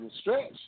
stretch